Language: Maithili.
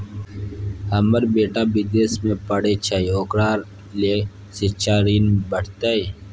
हमर बेटा विदेश में पढै छै ओकरा ले शिक्षा ऋण भेटतै?